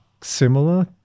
similar